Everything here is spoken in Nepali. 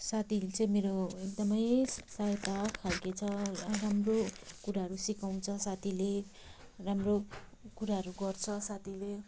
साथीहरूले चाहिँ मेरो एकदमै स सहायता खालको छ र राम्रो कुराहरू सिकाउँछ साथीले राम्रो कुराहरू गर्छ साथीले